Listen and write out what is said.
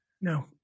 No